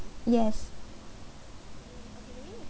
yes